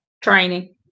training